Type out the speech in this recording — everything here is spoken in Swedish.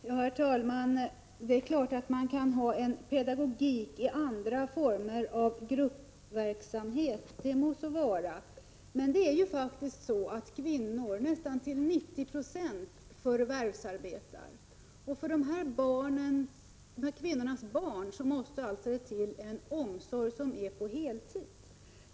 Herr talman! Det är klart att det kan finnas pedagogik i andra former av gruppverksamhet — det må så vara. Men nästan 90 96 av kvinnorna förvärvsarbetar, och för deras barn måste det finnas en omsorg på heltid.